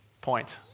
point